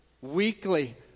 weekly